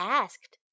asked